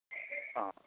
ആഹ് ആ